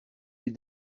les